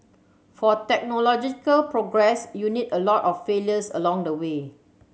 for technological progress you need a lot of failures along the way